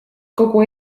kogu